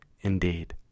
indeed